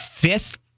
fifth